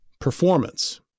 performance